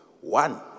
one